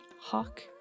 hawk